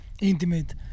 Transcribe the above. intimate